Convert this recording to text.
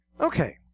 Okay